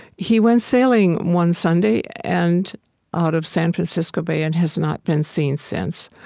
he went sailing one sunday and out of san francisco bay and has not been seen since.